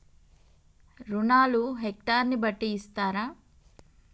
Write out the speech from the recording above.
రుణాలు హెక్టర్ ని బట్టి ఇస్తారా?